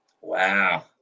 Wow